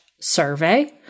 survey